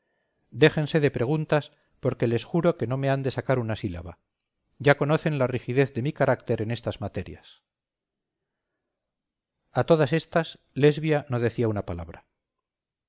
déjense de preguntas porque les juro que no me han de sacar una sílaba ya conocen la rigidez de mi carácter en estas materias a todas estas lesbia no decía una palabra